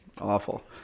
Awful